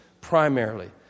primarily